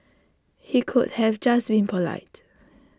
he could have just been polite